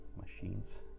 machines